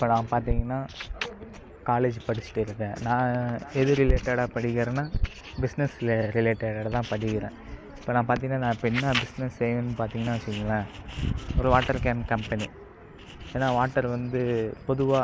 இப்போ நான் பார்த்திங்னா காலேஜ் படிச்சுட்டு இருக்கேன் நான் எது ரிலேட்டடாக படிக்கிறேன்னா பிஸ்னஸ் ரிலே ரிலேட்டடாக தான் படிக்கிறேன் இப்போ நான் பார்த்திங்னா நான் இப்போ என்ன பிஸ்னஸ் செய்யணுன்னு பார்த்திங்னா வச்சுக்கோங்களேன் ஒரு வாட்டர் கேன் கம்பெனி ஏன்னால் வாட்டர் வந்து பொதுவாக